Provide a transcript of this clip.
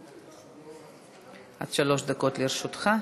עד שלוש דקות לרשותך.